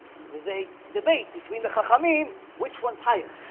there's a debate between the haha meme, which one's higher